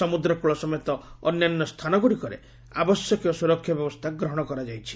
ସମୁଦ୍ରକ୍ଳ ସମେତ ଅନ୍ୟାନ୍ୟ ସ୍ତାନ ଗୁଡିକରେ ଆବଶ୍ୟକୀୟ ସୁରକ୍ଷା ବ୍ୟବସ୍ତା ଗ୍ରହଣ କରାଯାଇଛି